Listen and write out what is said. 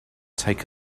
take